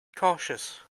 cautious